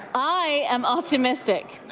i am optimistic.